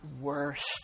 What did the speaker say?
worst